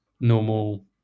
normal